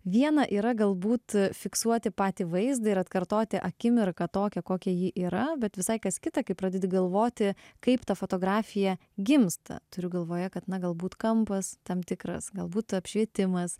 viena yra galbūt fiksuoti patį vaizdą ir atkartoti akimirką tokią kokia ji yra bet visai kas kita kai pradedi galvoti kaip ta fotografija gimsta turiu galvoje kad na galbūt kampas tam tikras galbūt apšvietimas